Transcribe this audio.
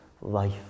life